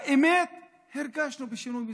שהאמת, הרגשנו בשינוי מסוים.